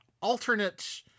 alternate